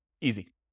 Easy